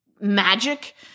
magic